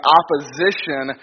opposition